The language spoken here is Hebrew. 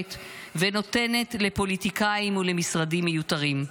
ונותנת לפוליטיקאים ולמשרדים מיותרים.